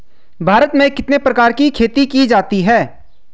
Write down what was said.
भारत में कितने प्रकार की खेती की जाती हैं?